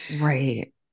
Right